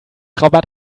rabatt